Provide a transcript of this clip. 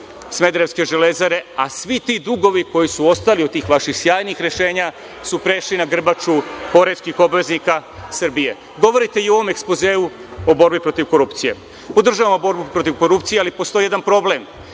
smederevske železare, a svi ti dugovi koji su ostali od tih vaših sjajnih rešenja su prešli na grbaču poreskih obveznika Srbije. Govorite i u ovom ekspozeu o borbi protiv korupcije. Podržavamo borbu protiv korupcije, ali postoji jedan problem,